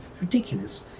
ridiculous